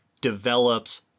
develops